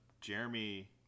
Jeremy